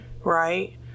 right